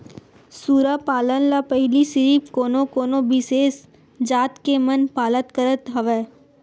सूरा पालन ल पहिली सिरिफ कोनो कोनो बिसेस जात के मन पालत करत हवय